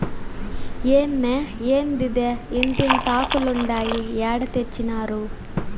ఏమ్మే, ఏందిదే ఇంతింతాకులుండాయి ఏడ తెచ్చినారు